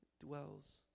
dwells